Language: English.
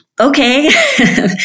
okay